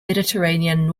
mediterranean